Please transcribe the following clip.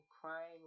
crying